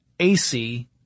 AC